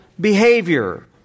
behavior